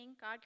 God